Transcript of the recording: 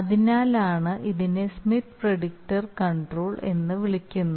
അതിനാലാണ് ഇതിനെ Smith predictor control എന്ന് വിളിക്കുന്നത്